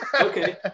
Okay